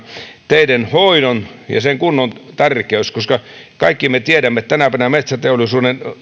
teiden hoidon ja kunnon tärkeys koska kaikki me tiedämme että tänäpänä metsäteollisuuden